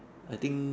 I think